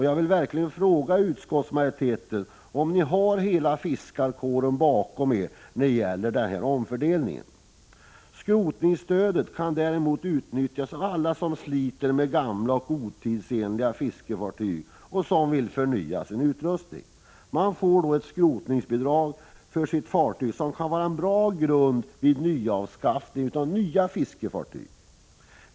Jag vill verkligen fråga utskottsmajoriteten om ni har hela fiskarkåren bakom er när det gäller denna omfördelning. Skrotningsstödet kan däremot utnyttjas av alla som sliter med gamla och otidsenliga fiskefartyg och som vill förnya sin utrustning. Man får då för sitt fartyg ett skrotningsbidrag, som kan vara en bra grund vid nyanskaffning av fiskefartyg.